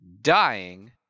dying